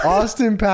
Austin